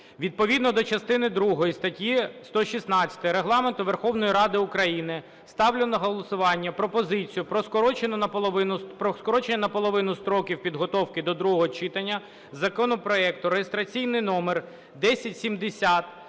Відповідно до частини другої статті 116 Регламенту Верховної Ради України ставлю на голосування пропозицію про скорочення на половину строків підготовки до другого читання законопроекту (реєстраційний номер 1070)